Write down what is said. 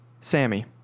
Sammy